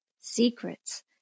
secrets